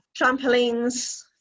trampolines